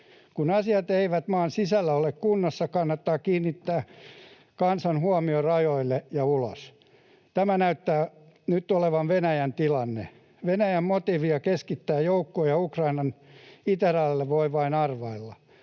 Kun asiat eivät maan sisällä ole kunnossa, kannattaa kiinnittää kansan huomio rajoille ja ulos. Tämä näyttää nyt olevan Venäjän tilanne. Venäjän motiivia keskittää joukkoja Ukrainan itärajalle voi vain arvailla.